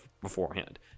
beforehand